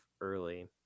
early